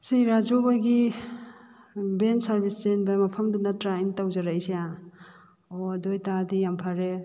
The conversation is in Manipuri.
ꯁꯤ ꯔꯥꯖꯨ ꯍꯣꯏꯒꯤ ꯚꯦꯟ ꯁꯔꯕꯤꯁ ꯆꯦꯟꯕ ꯃꯐꯝꯗꯨ ꯅꯠꯇ꯭꯭ꯔꯥ ꯑꯩꯅ ꯇꯧꯖꯔꯛꯏꯁꯦ ꯑꯣ ꯑꯗꯨ ꯑꯣꯏꯇꯥꯔꯗꯤ ꯌꯥꯝ ꯐꯥꯔꯦ